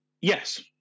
Yes